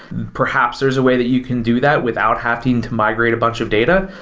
perhaps there's a way that you can do that without having to migrate a bunch of data,